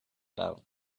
talking